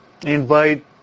invite